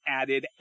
added